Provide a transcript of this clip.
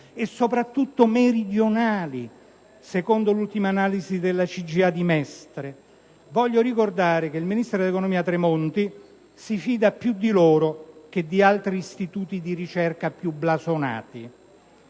e soprattutto meridionali, secondo l'ultima analisi della CGIA di Mestre (voglio ricordare che il ministro dell'economia Tremonti si fida più di loro che di altri istituti di ricerca più blasonati).